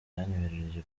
yanyoherereje